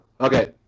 okay